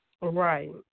Right